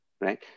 right